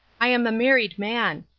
i am a married man.